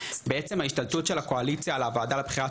בעצם ההשתלטות של הקואליציה על הוועדה לבחירת